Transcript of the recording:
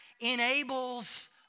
enables